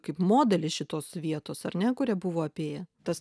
kaip modelį šitos vietos ar ne kur jie buvo apėję tas